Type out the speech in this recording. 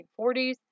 1940s